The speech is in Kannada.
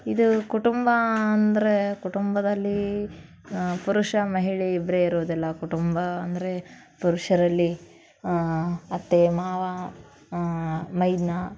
ಇದು ಕುಟುಂಬ ಅಂದರೆ ಕುಟುಂಬದಲ್ಲಿ ಪುರುಷ ಮಹಿಳೆ ಇಬ್ಬರೇ ಇರುವುದಿಲ್ಲ ಕುಟುಂಬ ಅಂದರೆ ಪುರುಷರಲ್ಲಿ ಅತ್ತೆ ಮಾವ ಮೈದುನ